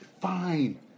fine